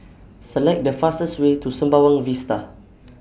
Select The fastest Way to Sembawang Vista